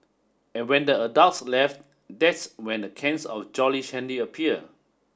and when the adults left that's when the cans of Jolly Shandy appear